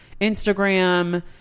Instagram